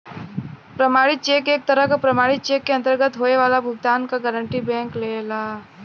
प्रमाणित चेक एक तरह क प्रमाणित चेक के अंतर्गत होये वाला भुगतान क गारंटी बैंक लेला